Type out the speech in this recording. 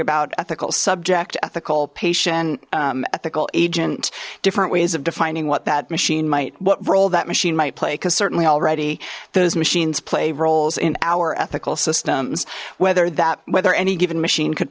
about ethical subject ethical patient ethical agent different ways of defining what that machine might what role that machine might play because certainly already those machines play roles in our ethical systems whether that whether any given machine could